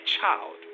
child